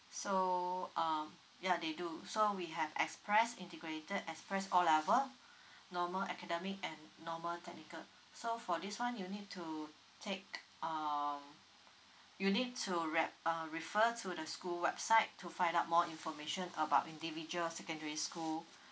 so um ya they do so we have express integrated express O level normal academic and normal technical so for this one you need to take um you need to re~ uh refer to the school website to find out more information about individual secondary school